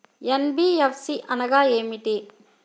NBFC అనగా ఏమిటీ?